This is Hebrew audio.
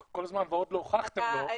כל זמן שעוד לא הוכחתם לו.